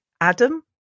Adam